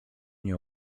nie